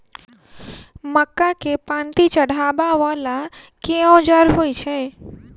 मक्का केँ पांति चढ़ाबा वला केँ औजार होइ छैय?